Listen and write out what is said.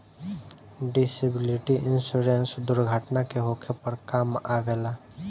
disability insurance दुर्घटना के होखे पर काम अवेला